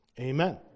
Amen